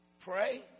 Pray